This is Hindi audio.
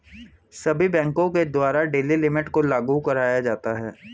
सभी बैंकों के द्वारा डेली लिमिट को लागू कराया जाता है